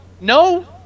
No